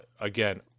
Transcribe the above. again